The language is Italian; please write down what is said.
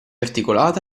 articolata